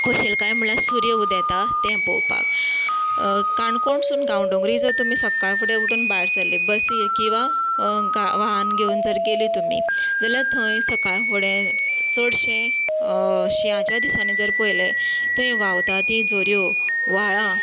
खुशालकाय म्हळ्यार सुर्य उदेता तें पळोवपाक काणकोणसून गांवडोंगरी जर तुमी सक्काळ फुडें उठून भायर सरलीं बसी किंवां गा वाहन घेवन ज गेलीं तुमी जाल्यार थंय सकाळ फुडें चडशें शिंयाचे दिसांनी जर पळयलें थंय व्हावता ती झऱ्यो व्हाळां